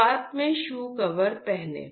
शुरुआत में shoe cover पहनें